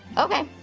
okay.